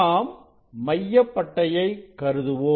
நாம் மையப் பட்டையை கருதுவோம்